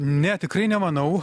ne tikrai nemanau